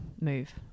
move